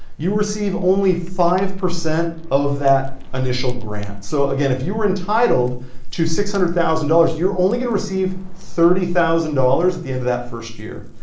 you receive only five percent of that initial grant. so again, if you were entitled to six hundred thousand dollars you're only going to receive thirty thousand dollars at the end of that first year.